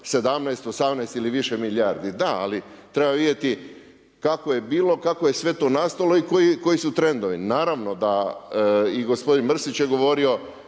17, 18 ili više milijardi. Da ali treba vidjeti kako je bilo, kako je sve to nastalo i koji su trendovi. Naravno da i gospodin Mrsić je govorio